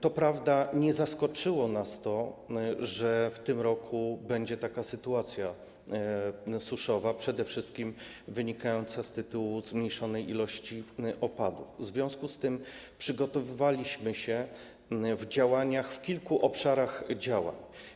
To prawda, że nie zaskoczyło nas to, że w tym roku będzie taka sytuacja suszowa, przede wszystkim wynikająca ze zmniejszonej ilości opadów, w związku z tym przygotowywaliśmy się w kilku obszarach działań.